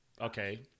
okay